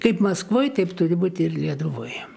kaip maskvoj taip turi būti ir lietuvoj